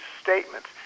statements